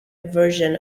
aversion